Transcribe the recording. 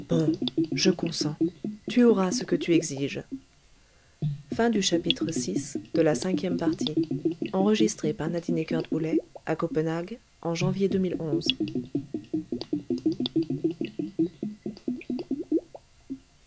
je consens tu auras ce que tu exiges